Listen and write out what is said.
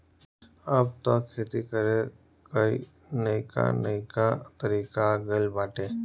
अब तअ खेती करे कअ नईका नईका तरीका आ गइल बाटे